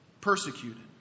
persecuted